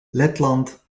letland